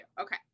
Okay